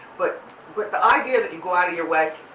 but but the idea that you go out of your way.